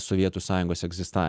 sovietų sąjungos egzista